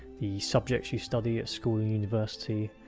the subjects you study at school and university,